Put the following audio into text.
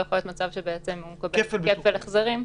ויכול להיות מצב שהוא מקבל כפל החזרים.